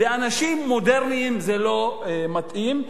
לאנשים מודרניים זה לא מתאים.